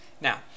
Now